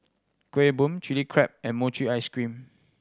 Kueh Bom Chili Crab and mochi ice cream